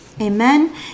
Amen